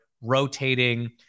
rotating